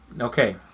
Okay